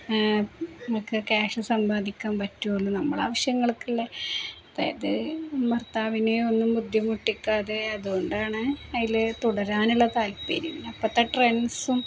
നമുക്ക് ക്യാഷ് സമ്പാദിക്കാൻ പറ്റുകയുള്ളൂ നമ്മളുടെ ആവശ്യങ്ങൾക്കുള്ളേ അപ്പോഴതു ഭർത്താവിനെയോ ഒന്നും ബുദ്ധിമുട്ടിക്കാതെ അതുകൊണ്ടാണ് അയില് തുടരാനുള്ള താല്പര്യം അപ്പോഴത്തെ ട്രെൻഡ്സും